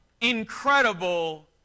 incredible